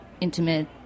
intimate